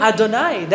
Adonai